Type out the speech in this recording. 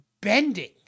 bending